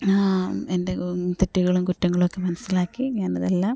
എൻ്റെ തെറ്റുകളും കുറ്റങ്ങളുമൊക്കെ മനസ്സിലാക്കി ഞാനതെല്ലാം